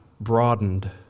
broadened